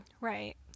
right